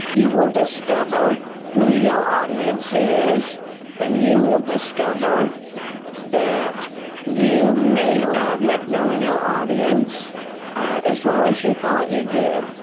you can discover who your audience is and you will discover that you may not have known your audience as well as you thought you did!